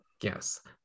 Yes